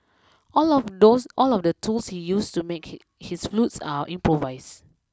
all of those all of the tools he use to make his flutes are improvised